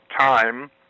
time